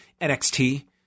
NXT